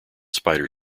spider